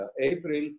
April